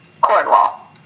Cornwall